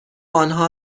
آنها